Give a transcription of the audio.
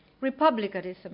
Republicanism